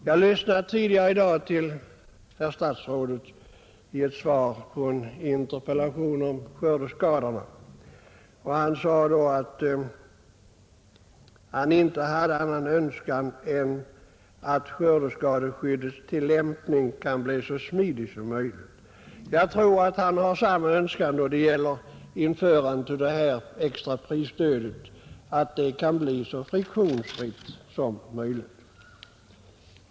Jag lyssnade tidigare i dag till herr statsrådets svar på en interpellation om skördeskadorna, och han sade då att han inte hade annan önskan än att skördeskadeskyddets tillämpning skall bli så smidig som möjligt. Jag tror att han har samma önskan då det gäller införandet av det extra prisstödet, nämligen att det skall kunna ske så friktionsfritt som möjligt.